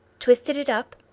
twisted it up,